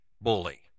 bully